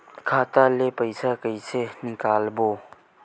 खाता ले पईसा कइसे निकालबो?